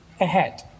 ahead